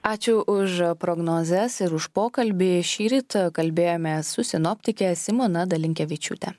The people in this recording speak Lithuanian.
ačiū už prognozes ir už pokalbį šįryt e kalbėjome su sinoptike simona dalinkevičiūte